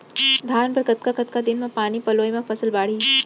धान बर कतका कतका दिन म पानी पलोय म फसल बाड़ही?